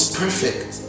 perfect